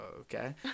okay